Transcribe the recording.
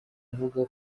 avuga